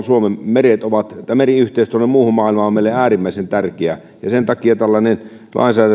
suomen meriyhteys tuonne muuhun maailmaan on meille meidän kauppamerenkululle äärimmäisen tärkeä ja sen takia on äärimmäisen tärkeää että on tällainen